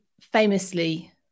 famously